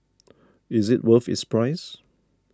is it worth its price